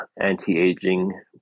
anti-aging